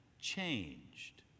changed